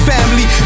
Family